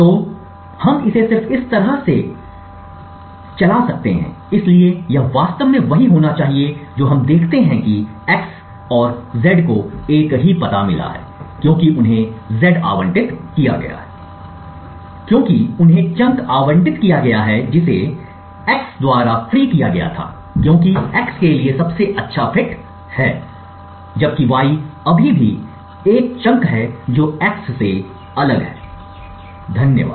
तो हम इसे सिर्फ इस तरह से चला सकते हैं इसलिए यह वास्तव में वही होना चाहिए जो हम देखते हैं कि x है और z को एक ही पता मिला है क्योंकि उन्हें z आवंटित किया गया है क्योंकि उन्हें चंक आवंटित किया गया है जिसे x द्वारा मुक्त किया गया था क्योंकि x के लिए सबसे अच्छा फिट है जबकि y अभी भी एक चंक है जो x से अलग था धन्यवाद